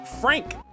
Frank